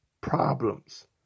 problems